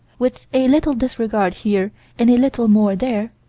with a little disregard here and a little more there,